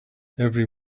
every